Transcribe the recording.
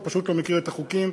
אתה פשוט לא מכיר את החוקים,